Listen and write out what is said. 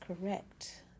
correct